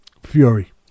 Fury